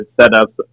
setup